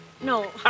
No